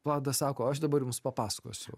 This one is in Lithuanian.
vladas sako aš dabar jums papasakosiu